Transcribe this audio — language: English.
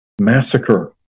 massacre